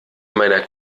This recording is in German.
meiner